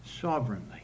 sovereignly